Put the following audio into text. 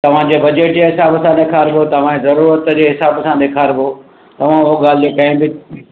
तव्हांजे बजेट जे हिसाब सां ॾेखारिबो तव्हांजी ज़रूरत जे हिसाब सां ॾेखारिबो तव्हां हो ॻाल्हि जी कंहिं बि